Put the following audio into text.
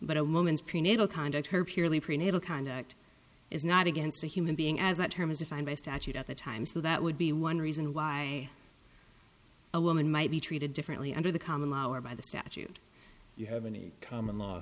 but a woman's prenatal conduct her purely prenatal conduct is not against a human being as that term is defined by statute at the time so that would be one reason why a woman might be treated differently under the common law or by the statute you have any common law